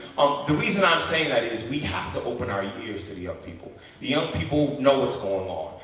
the reason i am saying that is we have to open our yeah ears to the young people. the young people know what's going on.